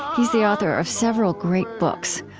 he's the author of several great books,